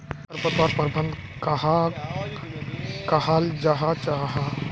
खरपतवार प्रबंधन कहाक कहाल जाहा जाहा?